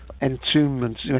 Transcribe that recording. entombment